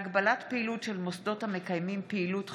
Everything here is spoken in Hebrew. (הגבלת פעילות של מוסדות המקיימים פעילות חינוך)